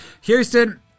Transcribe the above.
Houston